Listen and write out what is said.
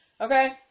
okay